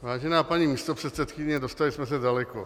Vážená paní místopředsedkyně, dostali jsme se daleko.